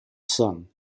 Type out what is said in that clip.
son